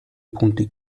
punti